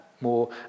More